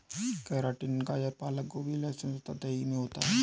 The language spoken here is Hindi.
केराटिन गाजर पालक गोभी लहसुन तथा दही में होता है